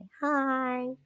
Hi